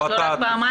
יש לו רק פעמיים.